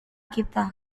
kita